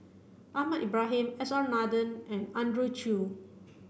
Ahmad Ibrahim S R Nathan and Andrew Chew